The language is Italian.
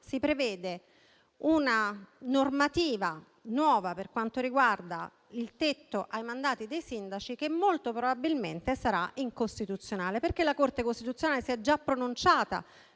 si prevede una normativa nuova per quanto riguarda il tetto ai mandati dei sindaci che molto probabilmente sarà incostituzionale. La Corte costituzionale si è già pronunciata